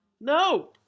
No